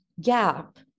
gap